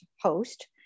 host